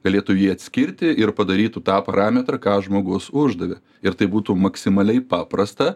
galėtų jį atskirti ir padarytų tą parametrą ką žmogus uždavė ir tai būtų maksimaliai paprasta